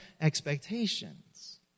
expectations